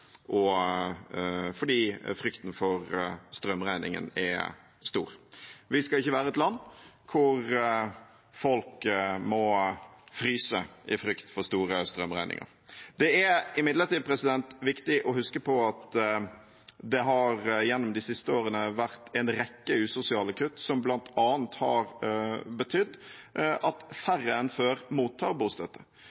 strømregningen er stor. Vi skal ikke være et land der folk må fryse i frykt for store strømregninger. Det er imidlertid viktig å huske på at det har gjennom de siste årene vært en rekke usosiale kutt som bl.a. har betydd at